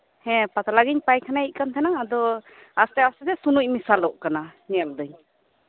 ᱦᱮᱸ ᱯᱟᱛᱞᱟ ᱜᱤᱧ ᱯᱟᱭᱠᱷᱟᱱᱟᱭᱮᱜ ᱛᱟᱸᱦᱮᱱᱟ ᱟᱫᱚ ᱟᱥᱛᱮ ᱟᱥᱛᱮ ᱛᱮ ᱥᱩᱱᱩᱪ ᱢᱮᱥᱟᱜ ᱠᱟᱱᱟ ᱧᱮᱞ ᱫᱟᱹᱧ